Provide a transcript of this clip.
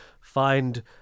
find